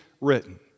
written